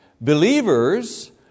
Believers